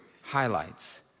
highlights